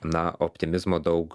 na optimizmo daug